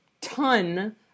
ton